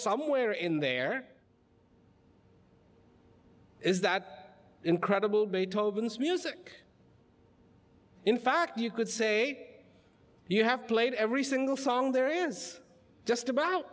somewhere in there is that incredible beethoven's music in fact you could say you have played every single song there is just about